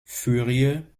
furieux